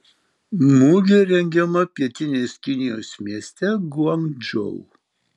mugė rengiama pietinės kinijos mieste guangdžou